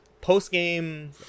post-game